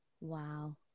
Wow